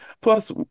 Plus